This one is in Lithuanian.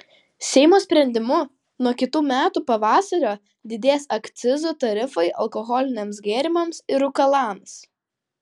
seimo sprendimu nuo kitų metų pavasario didės akcizų tarifai alkoholiniams gėrimams ir rūkalams